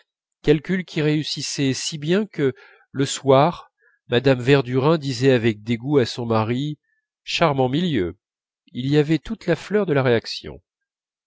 calcul qui réussissait si bien que le soir mme verdurin disait avec dégoût à son mari charmant milieu il y avait toute la fleur de la réaction